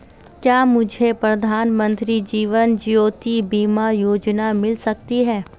क्या मुझे प्रधानमंत्री जीवन ज्योति बीमा योजना मिल सकती है?